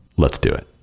let's do it.